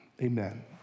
Amen